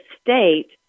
State